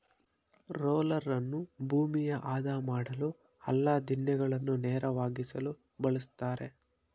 ರೋಲರನ್ನು ಭೂಮಿಯ ಆದ ಮಾಡಲು, ಹಳ್ಳ ದಿಣ್ಣೆಗಳನ್ನು ನೇರವಾಗಿಸಲು ಬಳ್ಸತ್ತರೆ